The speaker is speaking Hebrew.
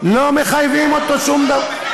אבל מחייבים אותנו לסגור.